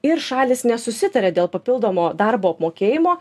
ir šalys nesusitarė dėl papildomo darbo apmokėjimo